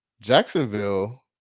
Jacksonville